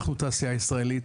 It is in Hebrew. אנחנו תעשייה ישראלית,